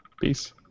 Peace